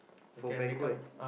for banquet